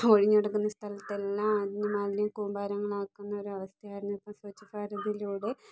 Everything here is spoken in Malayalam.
ഒഴിഞ്ഞു കിടക്കുന്ന സ്ഥലത്തെല്ലാം അന്ന് മാലിന്യ കൂമ്പാരങ്ങൾ ആക്കുന്ന ഒരു അവസ്ഥയായിരുന്നു ഇപ്പോൾ സ്വച്ഛ് ഭാരതിലൂടെ